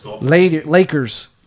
Lakers